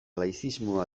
laizismoa